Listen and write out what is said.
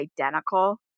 identical